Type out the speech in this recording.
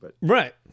Right